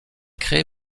créée